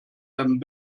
and